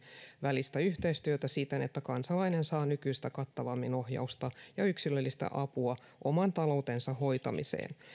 välistä yhteistyötä siten että kansalainen saa nykyistä kattavammin ohjausta ja yksilöllistä apua oman taloutensa hoitamiseen